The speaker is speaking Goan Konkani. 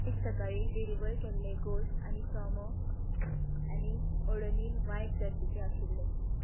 आयज सकाळीं डिलिव्हर केल्ले घोंस आनी चोंबो आनी ऑडोनील वायट दर्जाचे आशिल्लें